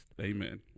amen